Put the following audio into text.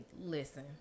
listen